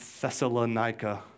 Thessalonica